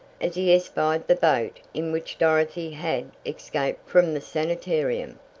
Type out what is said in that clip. as he espied the boat in which dorothy had escaped from the sanatarium.